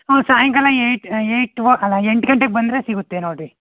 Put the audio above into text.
ಹ್ಞೂ ಸಾಯಂಕಾಲ eight eight o ಅಲ್ಲ ಎಂಟು ಗಂಟೆಗೆ ಬಂದರೆ ಸಿಗುತ್ತೆ ನೋಡಿರಿ